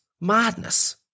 Madness